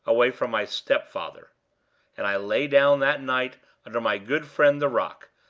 away from my stepfather and i lay down that night under my good friend the rock,